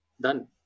Done